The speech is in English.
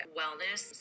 wellness